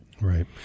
Right